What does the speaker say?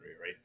right